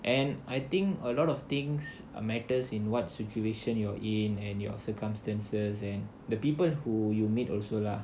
and I think a lot of things uh matters in what situation you're in and your circumstances and the people who you meet also lah